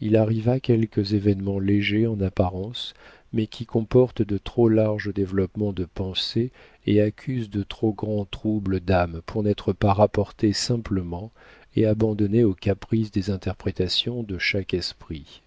il arriva quelques événements légers en apparence mais qui comportent trop de larges développements de pensées et accusent de trop grands troubles d'âme pour n'être pas rapportés simplement et abandonnés au caprice des interprétations de chaque esprit